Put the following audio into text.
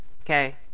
okay